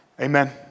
Amen